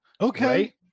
Okay